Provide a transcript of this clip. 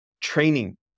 training